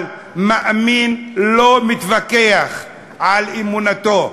אבל מאמין לא מתווכח על אמונתו.